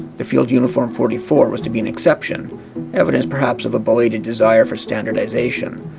the field uniform forty four was to be an exception evidence perhaps of a belated desire for standardization.